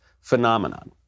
phenomenon